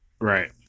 Right